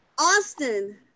austin